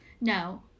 no